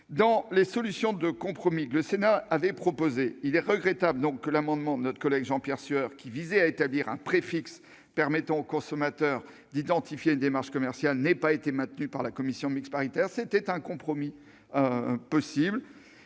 Parmi les solutions de compromis que le Sénat avait proposées, il est regrettable que la disposition de l'amendement de Jean-Pierre Sueur visant à établir un préfixe permettant au consommateur d'identifier une démarche commerciale n'ait pas été maintenue par la commission mixte paritaire. C'était pourtant un compromis possible.